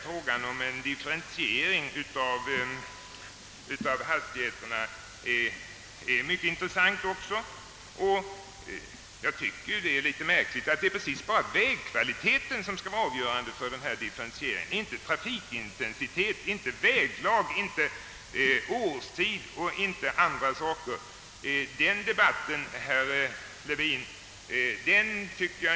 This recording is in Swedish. Frågan om en differentiering av hastigheterna är naturligtvis mycket intressant, och jag tycker bara att det är märkligt att enbart vägkvaliteten skall vara avgörande vid differentieringen av fartgränserna — inte trafikintensitet, väglag, årstid etc.